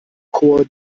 chor